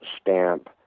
stamp